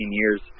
years